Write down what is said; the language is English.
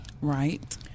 Right